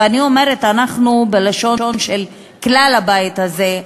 ואני אומרת "אנחנו" בלשון של כלל הבית הזה,